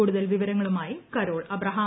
കൂടുതൽ വിവരങ്ങളുമായി Carol Abraham